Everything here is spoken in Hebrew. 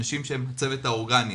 אנשים שהם הצוות האורגני,